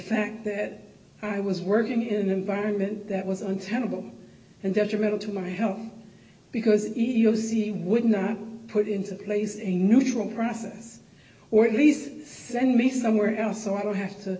fact that i was working in an environment that was untenable and detrimental to my health because you'll see would not put into place a neutral process or at least send me somewhere else so i don't have to